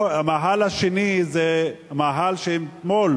המאהל השני זה המאהל שאתמול